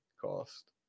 cost